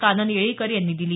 कानन येळीकर यांनी दिली